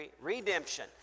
redemption